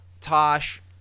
Tosh